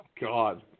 God